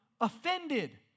Offended